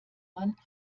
man